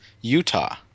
Utah